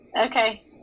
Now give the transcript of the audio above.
Okay